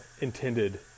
intended